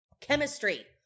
chemistry